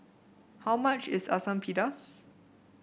how much is Asam Pedas